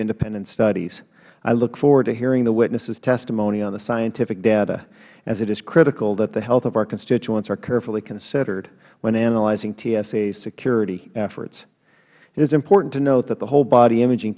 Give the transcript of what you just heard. independent studies i look forward to hearing the witnesses testimony on the scientific data as it is critical that the health of our constituents are carefully considered when analyzing tsa's security efforts it is important to note that the whole body imaging